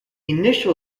initial